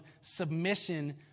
submission